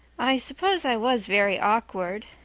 i suppose i was very awkward,